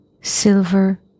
silver